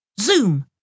zoom